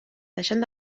deixant